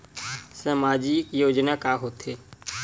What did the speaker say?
सामाजिक योजना का होथे?